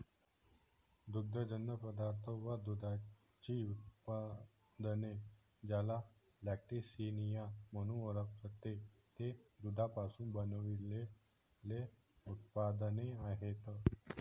दुग्धजन्य पदार्थ व दुधाची उत्पादने, ज्याला लॅक्टिसिनिया म्हणून ओळखते, ते दुधापासून बनविलेले उत्पादने आहेत